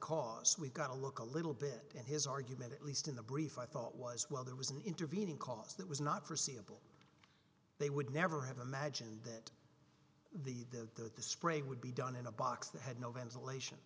cause we've got to look a little bit in his argument at least in the brief i thought was well there was an intervening cause that was not forseeable they would never have imagined that the the spray would be done in a box that had no ventilation